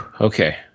Okay